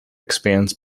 expands